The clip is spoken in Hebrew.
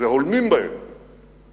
והולמים בהם